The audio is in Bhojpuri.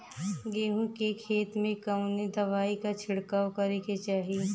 गेहूँ के खेत मे कवने दवाई क छिड़काव करे के चाही?